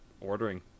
ordering